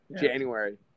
January